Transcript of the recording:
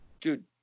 dude